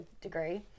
degree